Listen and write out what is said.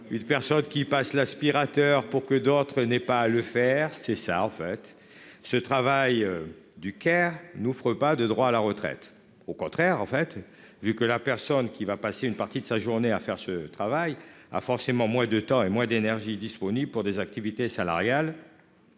ses parents, qui passe l'aspirateur pour que d'autres n'aient pas à le faire. Ce travail n'offre pas de droits à la retraite. Au contraire, la personne qui va passer une partie de sa journée à faire ce travail a forcément moins de temps et moins d'énergie disponible pour des activités salariales.